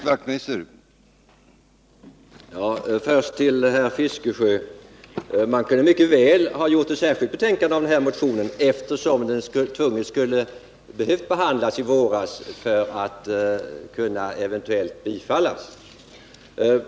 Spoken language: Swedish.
Herr talman! Först till herr Fiskesjö! Man skulle mycket väl ha kunnat göra ett särskilt betänkande av motionen, eftersom den skulle ha behövt behandlas redan i våras för att eventuellt kunna bifallas.